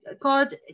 God